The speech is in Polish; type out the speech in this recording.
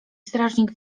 strażnik